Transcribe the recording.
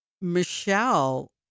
Michelle